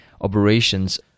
operations